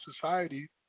society